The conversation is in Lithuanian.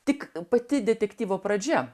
tik pati detektyvo pradžia